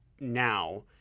now